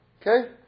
Okay